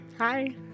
Hi